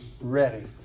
ready